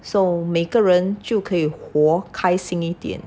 so 每个人就可以活开心一点